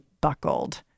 buckled